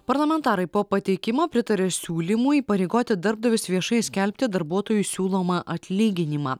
parlamentarai po pateikimo pritarė siūlymui įpareigoti darbdavius viešai skelbti darbuotojų siūlomą atlyginimą